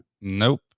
nope